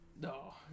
No